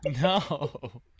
No